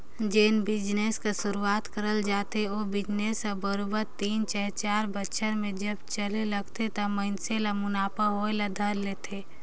जेन बिजनेस कर सुरूवात करल जाए रहथे ओ बिजनेस हर बरोबेर तीन चहे चाएर बछर में जब चले लगथे त मइनसे ल मुनाफा होए ल धर लेथे